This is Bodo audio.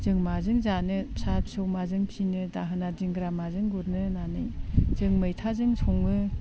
जों माजों जानो फिसा फिसौ माजों फिनो दाहोना दिंग्रा माजों गुरनो होननानै जों मैथाजों सङो